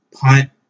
punt